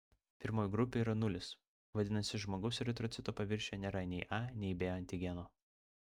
pirmoji grupė yra nulis vadinasi žmogaus eritrocito paviršiuje nėra nei a nei b antigeno